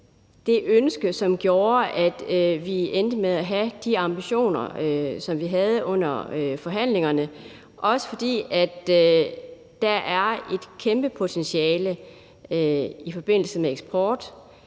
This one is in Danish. det ønske, som gjorde, at vi endte med at have de ambitioner, som vi havde, under forhandlingerne, også fordi der er et kæmpe potentiale i forbindelse med eksport.